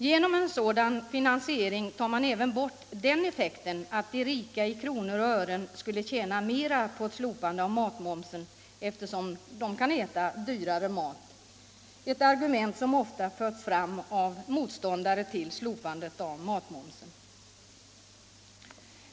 Genom en sådan finansiering tar man även bort den effekten att de rika i kronor och ören skulle tjäna mera på ett slopande av matmomsen, eftersom de kan äta dyrare mat, ett argument som ofta förts fram av motståndare till slopandet av matmomsen.